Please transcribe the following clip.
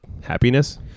happiness